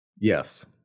Yes